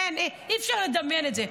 אין, אי-אפשר לדמיין את זה.